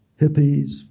hippies